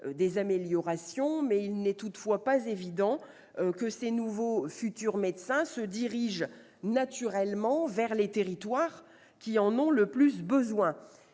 des améliorations, mais il n'est toutefois pas évident que ces nouveaux futurs médecins se dirigent naturellement vers les territoires qui en ont le plus besoin.